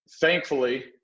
thankfully